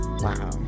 Wow